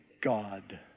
God